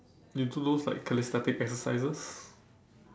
you do those like calisthenic exercises